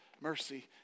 mercy